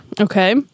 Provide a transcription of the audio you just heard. Okay